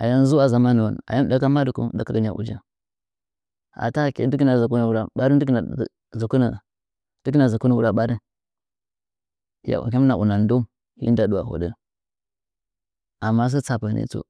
ayam zu’wa zamanuwon ahɨm ɗaka madɨkung ɗakagɨnya ujin aa aki digɨnya zokomɚ wura ɓariu dɨgim a ndɨgɨ nya zɚkunɚ wura ɓarin hɨmina unandoung ndadɨwa hoɗɚn amma sazafan to.